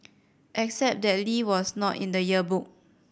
except that Lee was not in the yearbook